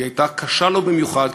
היא הייתה קשה לו במיוחד,